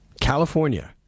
California